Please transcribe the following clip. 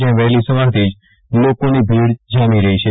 જયાં વહેલી સવારથી જ લોકોની ભીડ જામી રહી છે